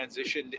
transitioned